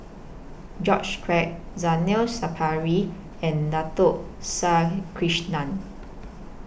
George Quek Zainal Sapari and Dato Sri Krishna